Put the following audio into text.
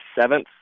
seventh